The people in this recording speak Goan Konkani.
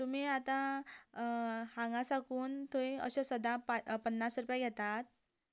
तुमी आतां हांगा साकून थंय अशें सदांच पन्नास रुपयां घेतात